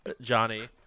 Johnny